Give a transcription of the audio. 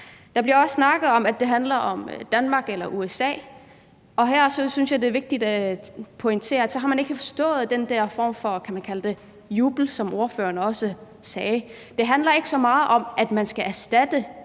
Der bliver også snakket om, at det handler om Danmark eller USA, og her synes jeg, det er vigtigt at pointere, at så har man ikke forstået den der form for jubel, kan man kalde det, som ordføreren også omtalte. Det handler ikke så meget om, at man skal erstatte